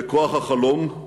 בכוח החלום,